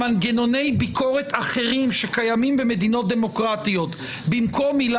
בנסיבות מסוימות כל שר יוכל לקחת סמכויות מפקיד ולהגיד: